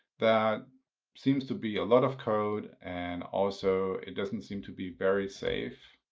that seems to be a lot of code, and also, it doesn't seem to be very safe.